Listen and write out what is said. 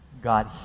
God